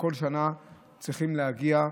שכל שנה צריכים להגיע למרב"ד.